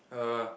uh